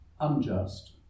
unjust